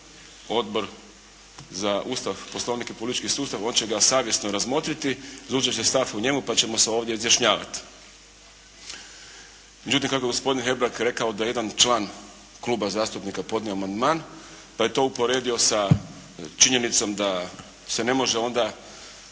Odbor za Ustav, Poslovnik i politički sustav, on će ga savjesno razmotriti, zauzet će stav o njemu pa ćemo se ovdje izjašnjavati. Međutim, kako je gospodin Hebrang rekao da jedan član Kluba zastupnika podnio amandman, pa je to uporedio sa činjenicom da se ne može onda